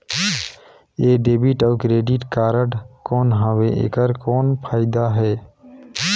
ये डेबिट अउ credit card कौन हवे एकर कौन फाइदा हे?